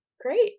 Great